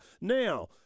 Now